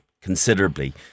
considerably